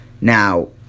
Now